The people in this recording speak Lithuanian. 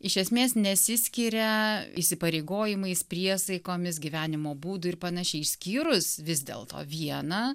iš esmės nesiskiria įsipareigojimais priesaikomis gyvenimo būdui ir panašiai išskyrus vis dėlto vieną